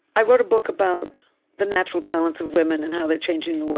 i wrote a book about the natural talents of women and how they're changing the world.